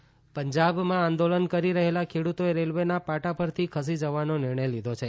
પંજાબ ખેડૂત આંદોલન પંજાબમાં આંદોલન કરી રહેલા ખેડૂતોએ રેલવેના પાટા પરથી ખસી જવાનો નિર્ણય લીધો છે